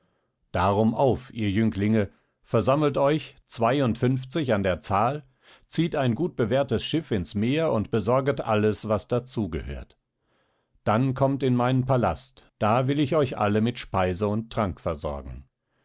darum auf ihr jünglinge versammelt euch zweiundfünfzig an der zahl zieht ein gutbewährtes schiff ins meer und besorget alles was dazu gehört dann kommt in meinen palast da will ich euch alle mit speise und trank versorgen